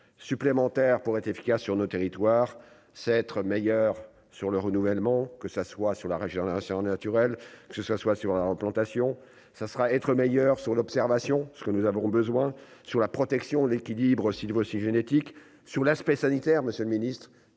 supplémentaire pour être efficaces sur nos territoires, c'est être meilleur sur le renouvellement, que ça soit sur la régénération naturelle, que ça soit sur la replantation ça sera être meilleur sur l'observation, ce que nous avons besoin sur la protection, l'équilibre si voici génétique sur l'aspect sanitaire, Monsieur le Ministre,